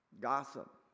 Gossip